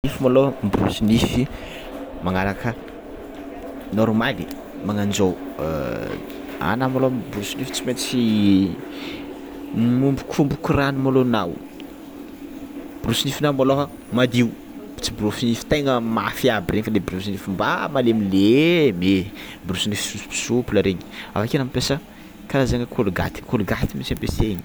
Misy môlo miborosy nify magnaraka normaly mananzao anao môlo miborosy nify tsy maintsy miombikomboko rano môlo anao borosinifinao môlo madio tsy borosy nify tegna mafy aby regny fa le borosinify mba malemilemy, borosinify soupsouple regny, avake anao mampiasa karazana colgate colgate mitsy ampiasaina